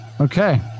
Okay